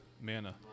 Mana